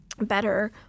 better